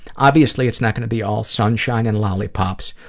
obviously, it's not going to be all sunshine and lollipops,